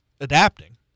adapting